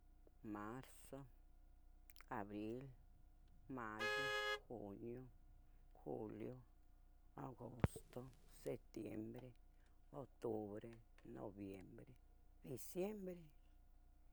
Marzo, abril, mayo, junio, julio. agosto, setiembre, otobre, noviembre, diciembre.